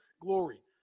glory